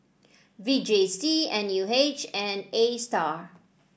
V J C N U H and Astar